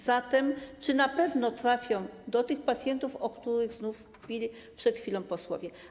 Zatem czy na pewno trafią do tych pacjentów, o których znów mówili przed chwilą posłowie?